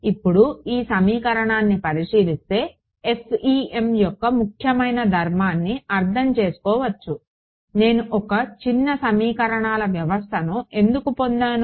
ఇప్పుడు ఈ సమీకరణాన్ని పరిశీలిస్తే FEM యొక్క ముఖ్యమైన ధర్మాన్ని అర్దం చేసుకోవచ్చు నేను ఒక చిన్న సమీకరణాల వ్యవస్థను ఎందుకు పొందాను